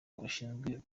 ushinzwe